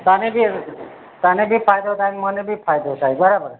તમે જે તને બી ફાયદો થાય મને બી ફાયદો થાય બરાબર